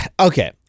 okay